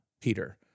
Peter